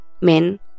Men